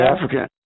African